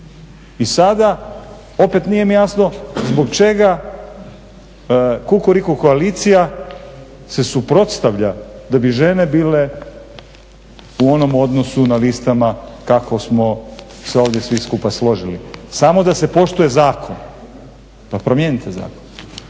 I sada opet nije mi jasno zbog čega kukuriku koalicija se suprotstavlja da bi žene bile u onom odnosu na listama kako smo se ovdje svi skupa složili samo da se poštuje zakon. Pa promijenite zakon.